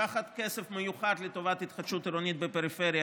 לקחת כסף מיוחד לטובת התחדשות עירונית בפריפריה,